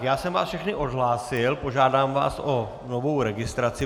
Já jsem vás všechny odhlásil, požádám vás o novou registraci.